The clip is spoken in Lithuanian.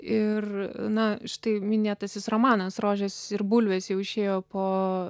ir na štai minėtasis romanas rožės ir bulvės jau išėjo po